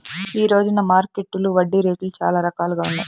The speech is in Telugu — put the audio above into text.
ఈ రోజున మార్కెట్టులో వడ్డీ రేట్లు చాలా రకాలుగా ఉన్నాయి